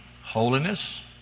holiness